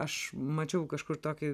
aš mačiau kažkur tokį